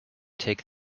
take